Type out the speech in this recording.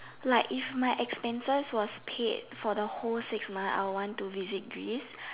like if my expenses was paid for the whole six months I would want to visit Greece